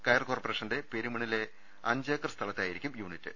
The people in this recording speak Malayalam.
കയർ കോർപ്പറേഷന്റെ പെരുമണിലെ അഞ്ച് ഏക്കർ സ്ഥലത്തായിരിക്കും യൂനിറ്റ്